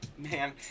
man